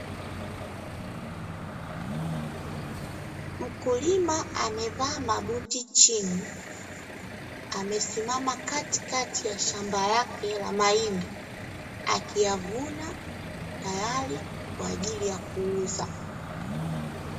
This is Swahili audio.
Mkulima amevaa mabuti chini, amesimama katikati ya shamba lake la mahindi akiyavuna tayari kwa ajili ya kuuza.